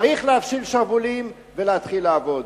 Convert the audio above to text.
צריך להפשיל שרוולים ולהתחיל לעבוד.